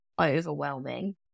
overwhelming